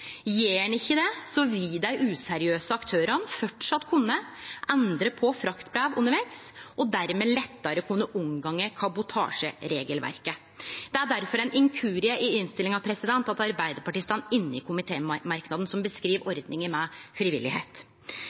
Gjer ein ikkje det, vil dei useriøse aktørane framleis kunne endre på fraktbrev undervegs og dermed lettare kunne omgå kabotasjeregelverket. Det er difor ein inkurie i innstillinga at Arbeidarpartiet står inne i komitémerknaden som beskriv ordninga med